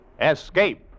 Escape